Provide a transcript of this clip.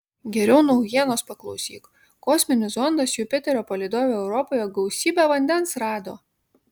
geriau naujienos paklausyk kosminis zondas jupiterio palydove europoje gausybę vandens rado